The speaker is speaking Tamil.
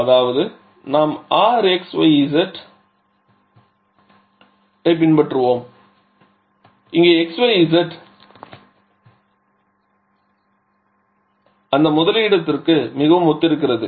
அதாவது நாம் Rxyz ஐப் பின்பற்றுவோம் இங்கே xyz அந்த முதலிடத்திற்கு மிகவும் ஒத்திருக்கிறது